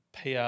PR